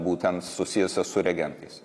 būtent susijusias su reagentais